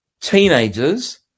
teenagers